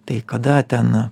tai kada ten